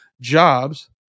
jobs